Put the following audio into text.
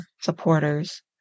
supporters